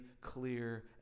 clear